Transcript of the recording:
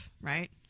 Right